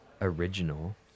original